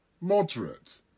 moderate